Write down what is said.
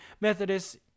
Methodist